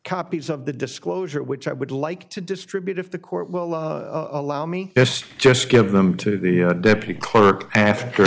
copies of the disclosure which i would like to distribute if the court will allow me to just give them to the deputy clerk a